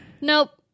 Nope